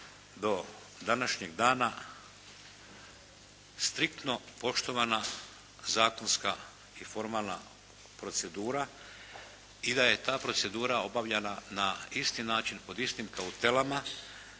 do današnjeg dana striktno poštovana zakonska i formalna procedura i da je ta procedura obavljana na isti način pod istim kautelama